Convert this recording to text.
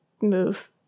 move